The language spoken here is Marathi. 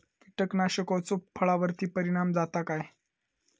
कीटकनाशकाचो फळावर्ती परिणाम जाता काय?